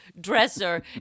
dresser